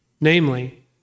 Namely